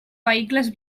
vehicles